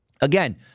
Again